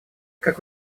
как